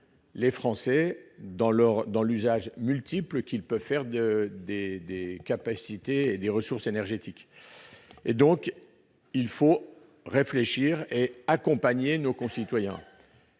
les Français dans l'usage multiple qu'ils peuvent faire des capacités et des ressources énergétiques. Il convient plutôt de réfléchir et d'accompagner nos concitoyens.